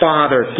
Father